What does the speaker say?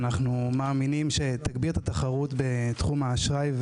שאנחנו מאמינים שתגביר את התחרות בתחום האשראי,